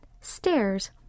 stairs